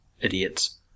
Idiots